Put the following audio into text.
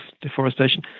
deforestation